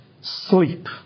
sleep